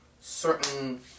certain